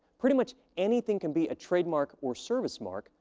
pretty much anything can be a trademark or service mark,